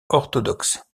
orthodoxe